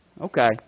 Okay